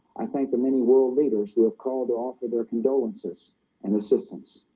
i thank the many world leaders who have called offer their condolences and assistance